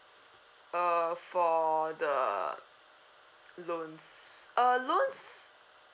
err for the loans uh loans